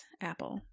apple